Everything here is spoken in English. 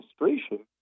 administration